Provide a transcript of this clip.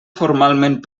formalment